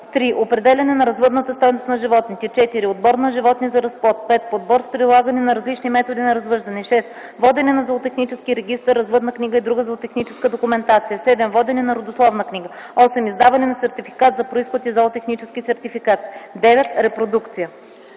3. определяне на развъдната стойност на животните; 4. отбор на животни за разплод; 5. подбор с прилагане на различни методи на развъждане; 6. водене на зоотехнически регистър, развъдна книга и друга зоотехническа документация; 7. водене на родословна книга; 8. издаване на сертификат за произход и зоотехнически сертификат; 9. репродукция.”